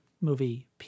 movie